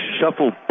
shuffle